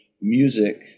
music